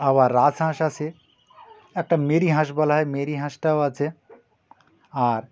আবার রাজহাঁস আছে একটা মেরি হাঁস বলা হয় মেরি হাঁসটাও আছে আর